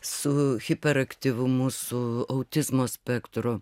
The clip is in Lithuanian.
su hiperaktyvumu su autizmo spektru